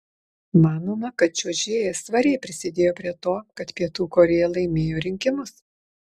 manoma kad čiuožėja svariai prisidėjo prie to kad pietų korėja laimėjo rinkimus